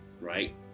right